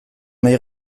nahi